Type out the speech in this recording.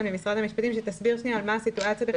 ממשרד המשפטים שתסביר את הסיטואציה.